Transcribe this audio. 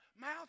mouth